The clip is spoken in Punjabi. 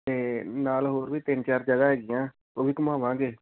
ਅਤੇ ਨਾਲ ਹੋਰ ਵੀ ਤਿੰਨ ਚਾਰ ਜਗ੍ਹਾ ਹੈਗੀਆਂ ਉਹ ਵੀ ਘੁਮਾਵਾਂਗੇ